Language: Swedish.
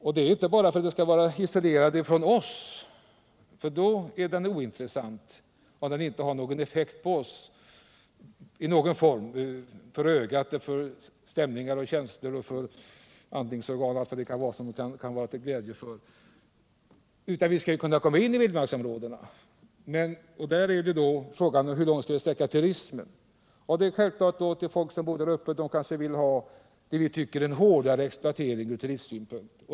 Men den är ointressant om den är isolerad från oss, inte har någon effekt i någon form på oss: för ögat, för stämningar och känslor, för andningsorgan och allt vad det kan vara som den orörda naturen kan vara till glädje för. Vi måste alltså kunna komma in i vildmarksområdena. Frågan är då: Hur långt skall turismen få sträcka sig? Folk som bor där uppe vill kanske ha en hårdare exploatering från turistsynpunkt än vi.